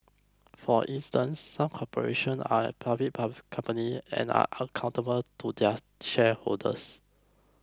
for instance some corporations are public companies and are accountable to their shareholders